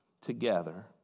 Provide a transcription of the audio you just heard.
together